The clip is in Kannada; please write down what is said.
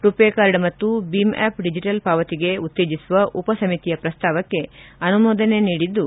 ರುಪೆ ಕಾರ್ಡ್ ಮತ್ತು ಬೀಮ್ ಆಪ್ ಡಿಜೆಟಲ್ ಪಾವತಿಗೆ ಉತ್ತೇಜಿಸುವ ಉಪಸಮಿತಿಯ ಪ್ರಸ್ತಾವಕ್ಕೆ ಅನುಮೋದನೆ ನೀಡಿದ್ದು